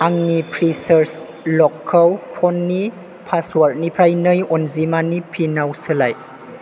आंनि फ्रिसार्ज ल'कखौ फननि पासवार्डनिफ्राय नै अनजिमानि फिनाव सोलाय